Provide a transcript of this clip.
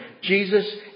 Jesus